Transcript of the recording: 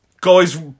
guys